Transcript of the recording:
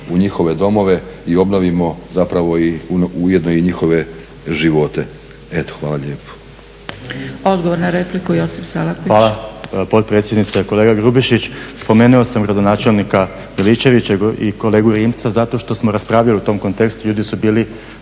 u njihove domove i obnovimo i zapravo ujedno i njihove živote. Hvala lijepo. **Zgrebec, Dragica (SDP)** Odgovor na repliku Josip Salapić. **Salapić, Josip (HDSSB)** Hvala potpredsjednice. Kolega Grubišić pomenuo sam gradonačelnika Miličevića i kolegu Rimca zato što smo raspravljali u tom kontekstu, ljudi su bili